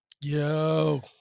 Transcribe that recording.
Yo